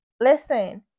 Listen